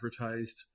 advertised